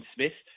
Smith